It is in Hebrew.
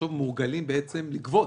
מורגלים לגבות.